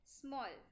small